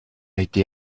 été